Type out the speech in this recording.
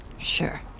Sure